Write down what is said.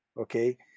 okay